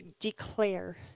declare